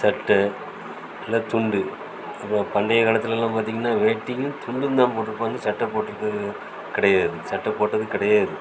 சட்டை இல்லை துண்டு அப்போ பண்டைய காலத்துலலாம் பார்த்தீங்கன்னா வேட்டியும் துண்டும் தான் போட்டுருப்பாங்க சட்டை போட்டுருக்கறது கிடையாது சட்டை போட்டது கிடையாது